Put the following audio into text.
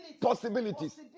possibilities